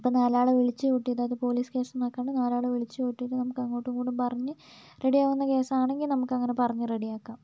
ഇപ്പം നാലാളെ വിളിച്ച് കൂട്ടി അതായത് പോലീസ് കേസൊന്നും ആക്കണ്ട നാലാളെ വിളിച്ച് കൂട്ടീട്ട് നമുക്ക് അങ്ങോട്ടും ഇങ്ങോട്ടും പറഞ്ഞ് റെഡിയാവുന്ന കേസാണെങ്കിൽ നമുക്കങ്ങനെ പറഞ്ഞ് റെഡിയാക്കാം